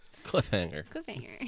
Cliffhanger